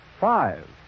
Five